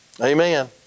Amen